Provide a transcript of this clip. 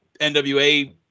NWA